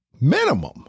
minimum